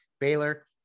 Baylor